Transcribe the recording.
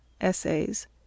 Essays